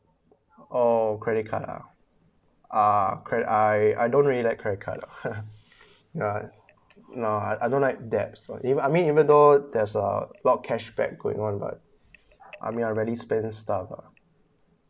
orh credit card ah uh cre~ I I don't really like credit card uh ya no I don't like debts uh I mean even though there's uh lot of cashback given one like I mean I rarely spend stuff uh